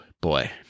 Boy